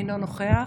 אינו נוכח,